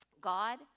God